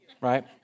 right